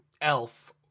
elf